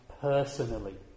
personally